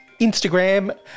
Instagram